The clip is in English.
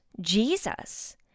Jesus